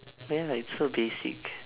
ya like so basic